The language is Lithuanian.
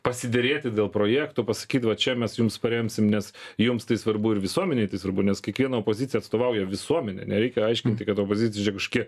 pasiderėti dėl projektų pasakyti va čia mes jums paremsim nes jums tai svarbu ir visuomenei tai svarbu nes kiekviena opozicija atstovauja visuomenę nereikia aiškinti kad opozicija čia kažkokie